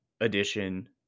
edition